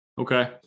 Okay